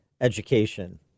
education